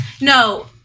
no